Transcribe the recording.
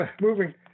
moving